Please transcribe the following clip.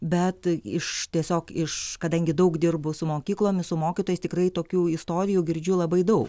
bet iš tiesiog iš kadangi daug dirbu su mokyklomis su mokytojais tikrai tokių istorijų girdžiu labai daug